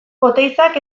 oteizak